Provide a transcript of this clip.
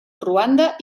ruanda